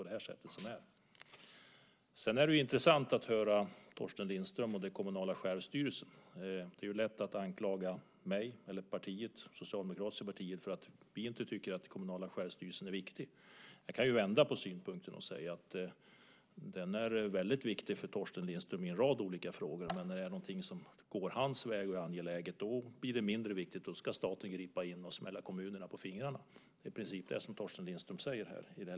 Det är intressant att höra vad Torsten Lindström säger om den kommunala självstyrelsen. Det är lätt att anklaga mig eller det socialdemokratiska partiet för att vi inte tycker att den kommunala självstyrelsen är viktig. Jag kan vända på synpunkten och säga att den är väldigt viktig för Torsten Lindström i en rad olika frågor, men när det är någonting som går hans väg och är angeläget blir den mindre viktig och då ska staten gripa in och smälla kommunerna på fingrarna. Det är i princip det som Torsten Lindström säger här.